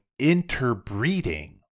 interbreeding